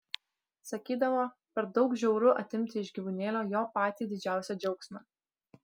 sakydavo per daug žiauru atimti iš gyvūnėlio jo patį didžiausią džiaugsmą